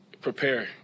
prepare